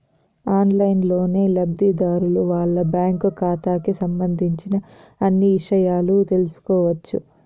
ఆన్లైన్లోనే లబ్ధిదారులు వాళ్ళ బ్యాంకు ఖాతాకి సంబంధించిన అన్ని ఇషయాలు తెలుసుకోవచ్చు